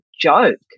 joke